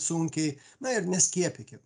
sunkiai na ir neskiepykit